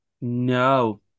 No